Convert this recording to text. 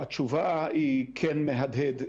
התשובה היא כן מהדהד.